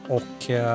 och